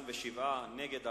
להצבעה.